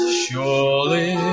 surely